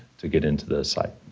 to get into the site?